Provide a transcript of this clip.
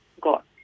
got